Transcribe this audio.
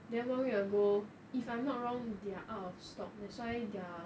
then one week ago I'm not wrong they're out of stock that's why their